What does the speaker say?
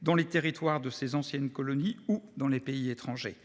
dans les territoires de ses anciennes colonies ou dans les pays étrangers.